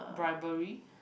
bribery